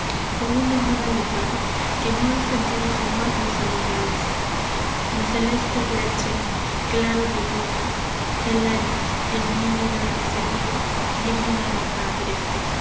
o un amor alemán que no han sentido jamás los alemanes la celeste gretchen claro de luna el aria el nido del ruiseñor y en una roca agreste